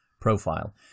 profile